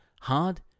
Hard